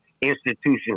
institutions